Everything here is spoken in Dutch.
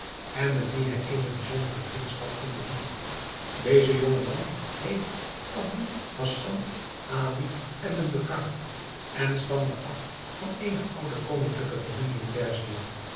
en met wien hij eene bijzondere vriendschap onderhield deze jonge man heette aboul hassan ali ebn becar en stamde af van eene oude koninklijke familie in perzië